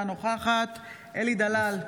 אינה נוכחת אלי דלל,